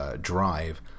Drive